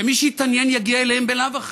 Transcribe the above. ומי שיתעניין יגיע אליהם בלאו הכי.